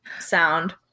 sound